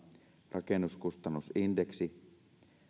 rakennuskustannusindeksi ja